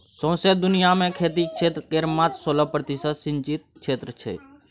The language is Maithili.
सौंसे दुनियाँ मे खेतीक क्षेत्र केर मात्र सोलह प्रतिशत सिचिंत क्षेत्र छै